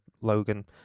Logan